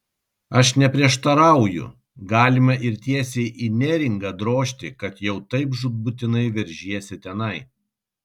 aš neprieštarauju galime ir tiesiai į neringą drožti kad jau taip žūtbūtinai veržiesi tenai